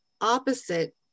opposite